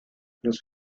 los